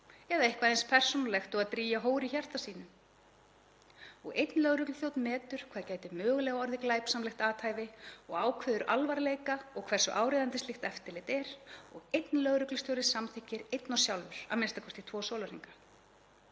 eða eitthvað eins persónulegt og að drýgja hór í hjarta sínu. Og einn lögregluþjónn metur hvað gæti mögulega orðið glæpsamlegt athæfi og ákveður alvarleika og hversu áríðandi slíkt eftirlit er og einn lögreglustjóri samþykkir, einn og sjálfur, a.m.k. í tvo sólarhringa.